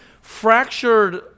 fractured